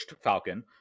Falcon